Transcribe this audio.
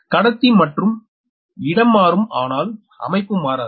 கடத்தி மட்டும் இடம் மாறும் ஆனால் அமைப்பு மாறாது